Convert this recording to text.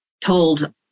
told